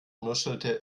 nuschelte